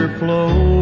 flow